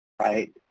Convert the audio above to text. Right